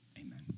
amen